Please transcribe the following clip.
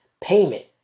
payment